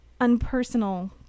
unpersonal